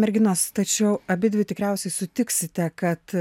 merginos tačiau abidvi tikriausiai sutiksite kad